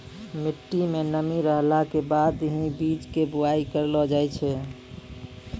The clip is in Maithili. मिट्टी मं नमी रहला के बाद हीं बीज के बुआई करलो जाय छै